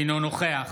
אינו נוכח